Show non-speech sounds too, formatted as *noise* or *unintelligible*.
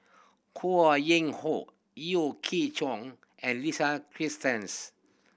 Ho Yuen Hoe Yeo Chee Kiong and Lisa *unintelligible*